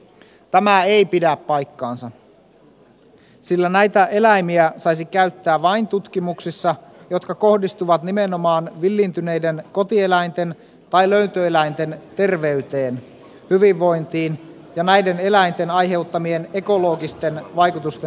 tämä ei pidä paikkaansa sillä näitä eläimiä saisi käyttää vain tutkimuksissa jotka kohdistuvat nimenomaan villiintyneiden kotieläinten tai löytöeläinten terveyteen hyvinvointiin ja näiden eläinten aiheuttamien ekologisten vaikutusten selvittämiseen